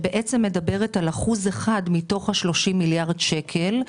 שמדברת על אחוז אחד מתוך ה-30 מיליארד שקל,